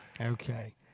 Okay